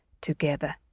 together